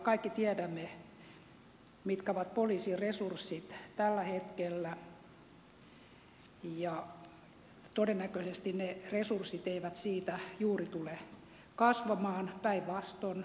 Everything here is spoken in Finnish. kaikki tiedämme mitkä ovat poliisin resurssit tällä hetkellä ja todennäköisesti ne resurssit eivät siitä juuri tule kasvamaan päinvastoin